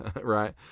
right